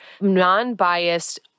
non-biased